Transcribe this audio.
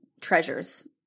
treasures